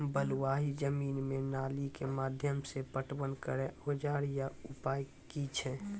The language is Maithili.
बलूआही जमीन मे नाली के माध्यम से पटवन करै औजार या उपाय की छै?